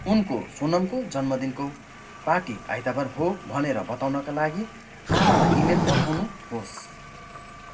उनको सोनमको जन्मदिनको पार्टी आइतबार हो भनेर बताउनका लागि आमालाई इमेल पठाउनुहोस्